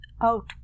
out